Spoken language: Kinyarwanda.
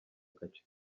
kaci